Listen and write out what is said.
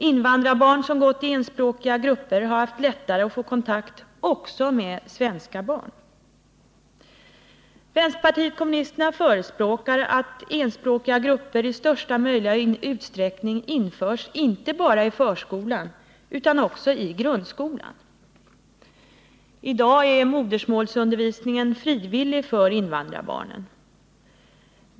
Invandrarbarn som gått i enspråkiga grupper har haft lättare att få kontakt också med svenska barn. Vpk förordar att enspråkiga grupper i största möjliga utsträckning införs inte bara i förskolan utan också i grundskolan. I dag är modersmålsundervisningen frivillig för invandrarbarnen.